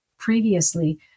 Previously